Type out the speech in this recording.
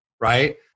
right